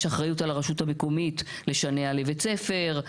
ולרשות המקומית יש אחריות לשנע לבית הספר,